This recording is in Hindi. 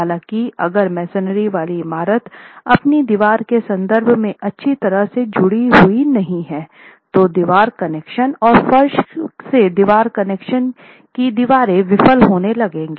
हालाँकि अगर मेसनरी वाली इमारत अपनी दीवार के संदर्भ में अच्छी तरह से जुड़ी हुई नहीं है तो दीवार कनेक्शन और फर्श से दीवार कनेक्शन की दीवारें विफल होने लगेंगी